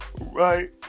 right